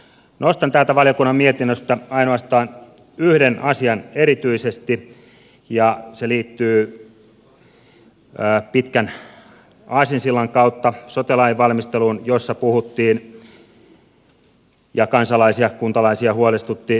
nostan täältä valiokunnan mietinnöstä ainoastaan yhden asian erityisesti ja se liittyy pitkän aasinsillan kautta sote lain valmisteluun jossa puhuttiin valmistelun avoimuudesta joka kansalaisia ja kuntalaisia huolestutti